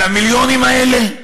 על המיליונים האלה?